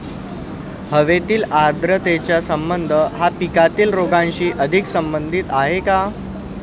हवेतील आर्द्रतेचा संबंध हा पिकातील रोगांशी अधिक संबंधित आहे का?